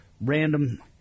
random